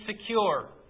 secure